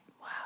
Wow